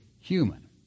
human